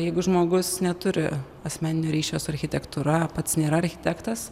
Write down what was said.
jeigu žmogus neturi asmeninio ryšio su architektūra pats nėra architektas